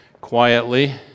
quietly